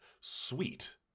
sweet